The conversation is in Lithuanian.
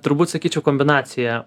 turbūt sakyčiau kombinacija